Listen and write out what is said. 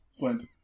Flint